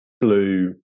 blue